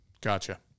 Gotcha